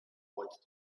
wanted